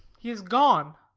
he has gone.